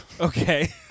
okay